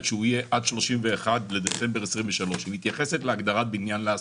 שהוא יהיה עד 31 בדצמבר 2023. היא מתייחסת להגדרת בניין להשכרה.